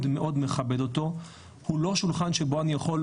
מאוד מכבד אותו הוא לא שולחן שבו אני יכול,